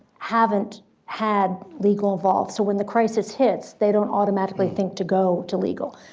haven't had legal evolves, so when the crisis hits, they don't automatically think to go to legal.